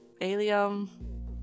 Alium